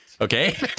Okay